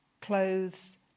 clothes